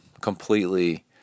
completely